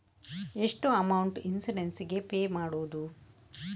ಎಷ್ಟು amount insurance ಗೇ pay ಮಾಡುವುದು?